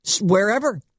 wherever